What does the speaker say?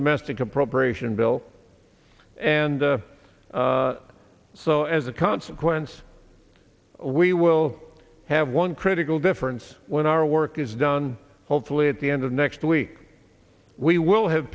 domestic appropriation bill and so as a consequence we will have one critical difference when our work is done hopefully at the end of next week we will have